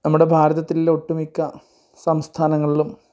നമ്മുടെ ഭാരതത്തിലുള്ള ഒട്ടുമിക്ക സംസ്ഥാനങ്ങൾലും